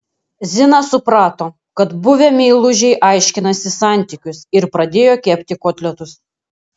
zina suprato kad buvę meilužiai aiškinasi santykius ir pradėjo kepti kotletus